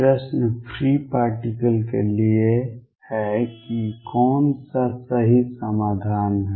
प्रश्न free particles के लिए है कि कौन सा सही समाधान है